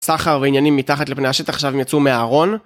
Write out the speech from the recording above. סחר ועניינים מתחת לפני השטח עכשיו הם יצאו מהארון